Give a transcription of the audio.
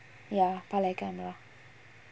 ya பழைய:palaiya camera